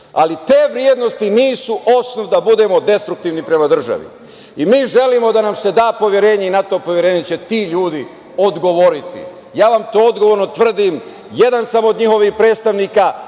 ali te vrednosti nisu osnov da budemo destruktivni prema državi. Mi želimo da nam se da poverenje i na to poverenje će ti ljudi odgovoriti, ja vam to odgovorno tvrdim, jedan sam od njihovih predstavnika,